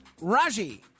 Raji